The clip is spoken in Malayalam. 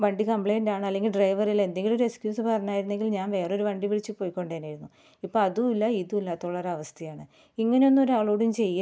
വണ്ടി കംപ്ലെയിന്റ് ആണ് അല്ലെങ്കിൽ ഡ്രൈവറില്ല എന്തെങ്കിലൊരു എക്സ്ക്യൂസ് പറഞ്ഞായിരുന്നെങ്കിൽ ഞാൻ വേറെ വണ്ടി വിളിച്ച് പോയിക്കൊണ്ടേനെ ആയിരുന്നു ഇപ്പോൾ അതും ഇല്ല ഇതും ഇല്ലാത്ത ഒരവസ്ഥയാണ് ഇങ്ങനൊന്നും ഒരാളോടും ചെയ്യരുത്